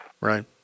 Right